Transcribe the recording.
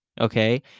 okay